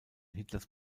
hitlers